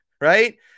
right